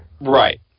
Right